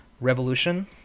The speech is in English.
Revolution